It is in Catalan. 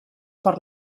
per